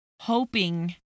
hoping